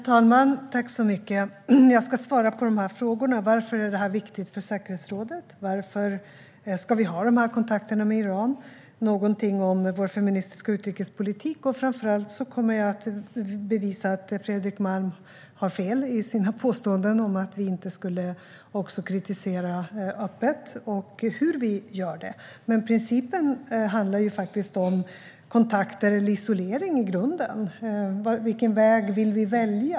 Herr talman! Jag ska svara på frågorna. Varför är detta viktigt för säkerhetsrådet? Varför ska vi ha de här kontakterna med Iran? Jag ska säga någonting om vår feministiska utrikespolitik. Framför allt kommer jag att bevisa att Fredrik Malm har fel i sina påståenden om att vi inte också skulle kritisera öppet. Och jag ska säga hur vi gör det. Men principen handlar faktiskt i grunden om kontakt eller isolering. Vilken väg vill vi välja?